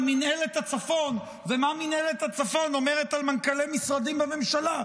מינהלת הצפון ומה מינהלת הצפון אומרת על מנכ"לי המשרדים בממשלה,